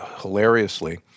hilariously